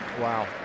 wow